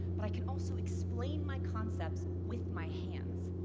but i can also explain my concepts with my hands.